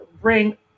bring